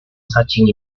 searching